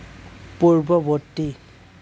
পূৰ্ববৰ্তী